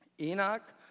Enoch